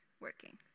working